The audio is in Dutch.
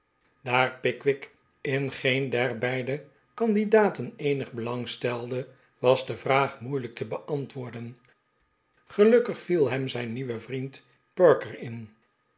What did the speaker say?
daar pickwick in geen der beide candidaten eenig belang stelde was de vraag moeilijk te beantwoorden gelukkig viel hem zijn nieuwe vriend perker in